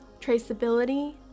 traceability